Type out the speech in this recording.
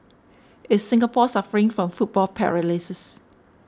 is Singapore suffering from football paralysis